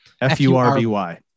F-U-R-B-Y